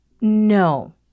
No